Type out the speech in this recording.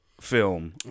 film